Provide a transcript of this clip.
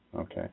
Okay